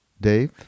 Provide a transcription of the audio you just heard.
Dave